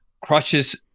crushes